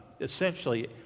essentially